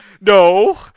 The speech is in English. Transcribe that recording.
no